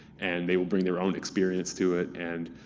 and they will bring their own experience to it. and